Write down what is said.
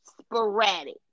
sporadic